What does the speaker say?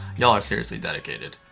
y'all are seriously dedicated.